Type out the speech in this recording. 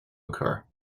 occur